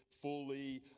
fully